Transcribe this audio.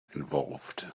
involved